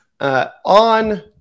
On